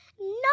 No